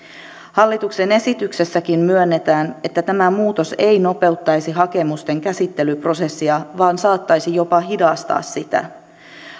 hallituksen esityksessäkin myönnetään että tämä muutos ei nopeuttaisi hakemusten käsittelyprosessia vaan saattaisi jopa hidastaa sitä